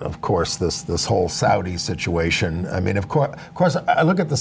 of course this this whole saudi situation i mean of course i look at the